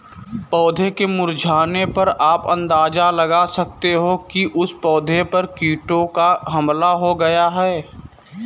पौधों के मुरझाने पर आप अंदाजा लगा सकते हो कि उस पौधे पर कीटों का हमला हो गया है